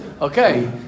okay